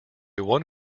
one